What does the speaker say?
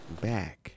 back